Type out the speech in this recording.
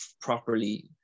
properly